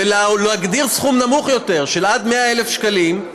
ולהגדיר סכום נמוך יותר, של עד 100,000 שקלים.